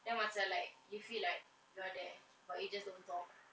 then macam like you feel like you are there but you just don't talk